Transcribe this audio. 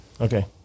Okay